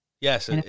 Yes